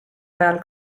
ajal